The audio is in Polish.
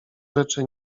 rzeczy